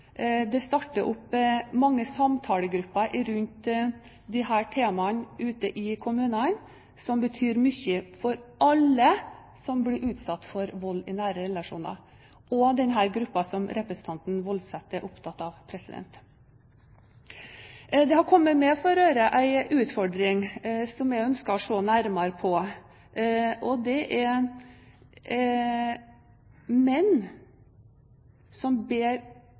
mange samtalegruppene som starter opp vedrørende disse temaene rundt i kommunene, som betyr mye for alle som blir utsatt for vold i nære relasjoner, og denne gruppen som representanten Woldseth er opptatt av. Det har kommet meg for øre en utfordring som jeg ønsker å se nærmere på. Det er menn som